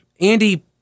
Andy